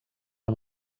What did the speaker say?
amb